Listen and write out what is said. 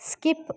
skip